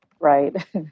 right